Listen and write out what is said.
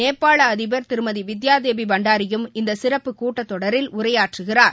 நேபாள் அதிபர் திருமதி வித்யாதேவி பண்டாரியும் இந்த சிறப்புக் கூட்டத்தொடரில் உரையாற்றுகிறார்